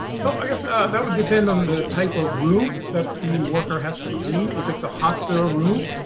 so i guess that would depend on the type of room that the worker has to clean. if it's a hospital room,